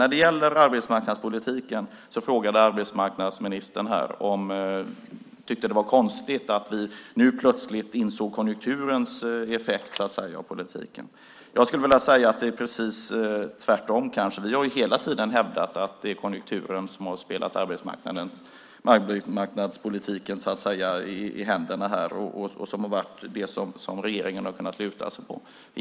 När det gäller arbetsmarknadspolitiken tycker arbetsmarknadsministern att det var konstigt att vi nu plötsligt insåg konjunkturens effekt av politiken. Jag skulle vilja säga att det kanske är precis tvärtom. Vi har hela tiden hävdat att det är konjunkturen som så att säga har spelat arbetsmarknadspolitiken i händerna och som har varit det som regeringen har kunnat luta sig mot.